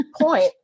point